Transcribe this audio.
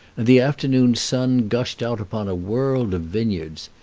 and the afternoon sun gushed out upon a world of vineyards.